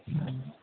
नहि